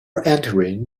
entering